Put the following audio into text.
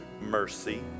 mercy